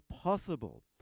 possible